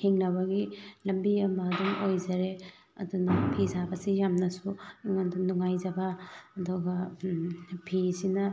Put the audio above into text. ꯍꯤꯡꯅꯕꯒꯤ ꯂꯝꯕꯤ ꯑꯃ ꯑꯗꯨꯝ ꯑꯣꯏꯖꯔꯦ ꯑꯗꯨꯅ ꯐꯤ ꯁꯥꯕꯁꯤ ꯌꯥꯝꯅꯁꯨ ꯑꯩꯉꯣꯟꯗ ꯅꯨꯡꯉꯥꯏꯖꯕ ꯑꯗꯨꯒ ꯐꯤꯁꯤꯅ